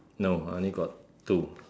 no I only got two